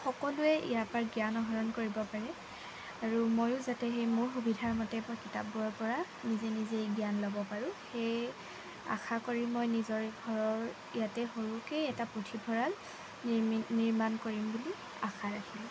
সকলোৱে ইয়াৰ পৰা জ্ঞান আহৰণ কৰিব পাৰে আৰু মইয়ো যাতে সেই মোৰ সুবিধাৰ মতে কিতাপবোৰৰ পৰা নিজে নিজেই জ্ঞান ল'ব পাৰোঁ সেই আশা কৰি মই নিজৰে ঘৰৰ ইয়াতে সৰুকেই এটা পুথিভঁৰাল নিৰ্মি নিৰ্মাণ কৰিম বুলি আশা ৰাখিলো